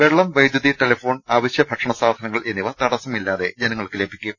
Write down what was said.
വെള്ളം വൈദ്യു തി ടെലിഫോൺ അവശ്യ ഭക്ഷണസാധനങ്ങൾ എന്നിവ തടസ്സമില്ലാതെ ജനങ്ങൾക്ക് ലഭിക്കും